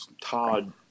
Todd